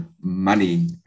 money